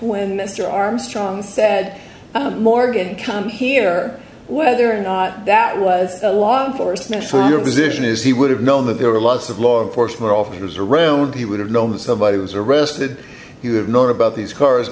when mr armstrong said morgan come here or whether or not that was a law enforcement for your position is he would have known that there were lots of law enforcement officers around he would have known that somebody was arrested you have known about these cars